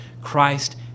Christ